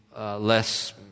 less